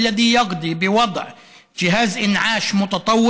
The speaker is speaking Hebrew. אשר מחייבת להציב מכשיר